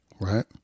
right